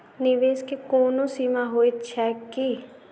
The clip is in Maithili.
निवेश केँ कोनो सीमा होइत छैक की?